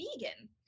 vegan